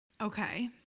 Okay